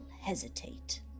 hesitate